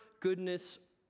goodness